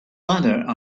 ladder